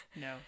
no